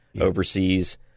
overseas